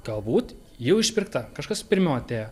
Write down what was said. galbūt jau išpirkta kažkas pirmiau atėjo